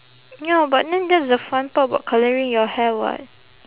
ya but then that's the fun part about colouring your hair [what]